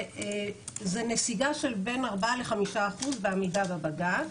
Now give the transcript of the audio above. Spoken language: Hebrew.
זה נסיגה של בין 4% ל-5% בעמידה בבג"צ